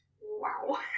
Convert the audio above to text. Wow